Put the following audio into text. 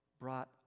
brought